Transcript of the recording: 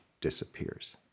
disappears